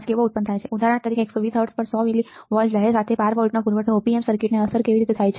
તેથી ઉદાહરણ તરીકે 120 હર્ટ્ઝ પર 100 મિલી વોલ્ટ લહેર સાથે 12 વોલ્ટનો પુરવઠો Op amp સર્કિટને અસર કેવી રીતે થાય છે